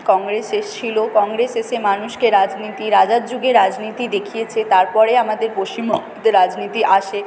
কংগ্রেস এসেছিল কংগ্রেস এসে মানুষকে রাজনীতি রাজার যুগে রাজনীতি দেখিয়েছে তার পরে আমাদের পশ্চিমবঙ্গে রাজনীতি আসে